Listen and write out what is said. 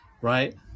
Right